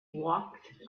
walked